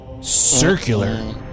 circular